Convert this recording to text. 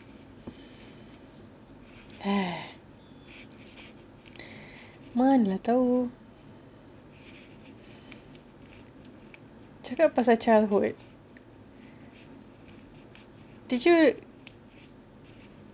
!hais! mana lah tahu cakap pasal childhood did you